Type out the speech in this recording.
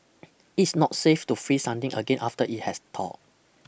it's not safe to freeze something again after it has thawed